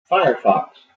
firefox